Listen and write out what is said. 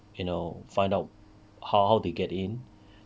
you know find out how how to get in